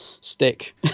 stick